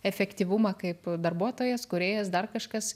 efektyvumą kaip darbuotojas kūrėjas dar kažkas